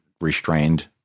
restrained